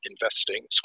investing